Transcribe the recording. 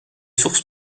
sources